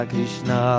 Krishna